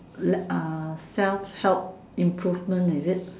uh self help improvement is it